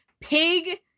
Pig